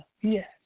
Yes